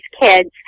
kids